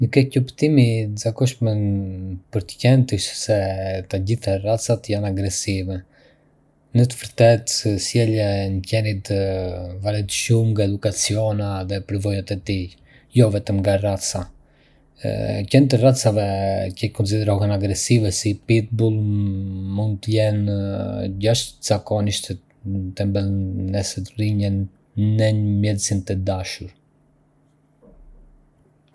Një keqkuptim i zakonshëm për qentë është se të gjitha racat janë agresive. Në të vërtetë, sjellja e një qeni varet shumë nga edukaciona dhe përvojat e tij, jo vetëm nga raca. Qentë e racave që konsiderohen agresive, si Pitbullët, mund të jenë jashtëzakonisht të ëmbël nëse rriten në një mjedis të dashur.